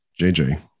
jj